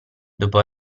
dopo